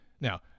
Now